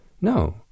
No